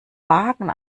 wagen